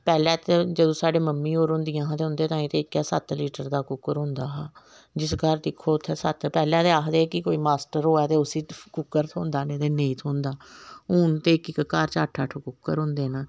पैह्लें ते जंदू साढ़ी मम्मी होर होंदी हियां ते उं'दे ताहीं इक्के सत्त लीटर दा कुकर होंदा हा जिस घर दिक्खो उ'त्थें सत्त पैह्लें ते आखदे हे कि कोई मास्टर होऐ ते उसी कुकर थ्होंदा नेईं ते नेईं थ्होंदा हून ते इक इक घर च अट्ठ अट्ठ कुकर होंदे न